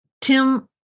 Tim